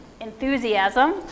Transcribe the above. enthusiasm